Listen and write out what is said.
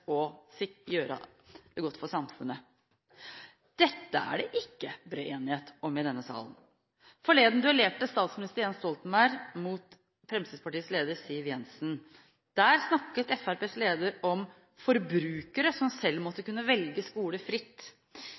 det beste for samfunnet. Dette er det ikke bred enighet om i denne salen. Forleden duellerte statsminister Jens Stoltenberg mot Fremskrittspartiets leder, Siv Jensen. Der snakket Fremskrittspartiets leder om forbrukere, som selv måtte kunne velge skole fritt